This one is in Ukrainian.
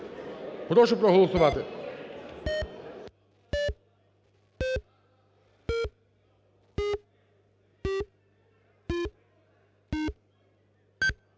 Прошу проголосувати